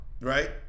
right